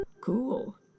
Cool